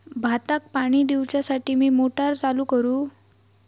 भाताक पाणी दिवच्यासाठी मी मोटर चालू करू?